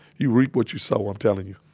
you reap what you sow. i'm tellin' you.